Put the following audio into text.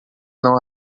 não